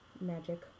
Magic